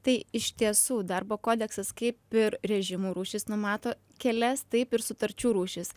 tai iš tiesų darbo kodeksas kaip ir režimų rūšis numato kelias taip ir sutarčių rūšis